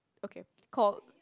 okay called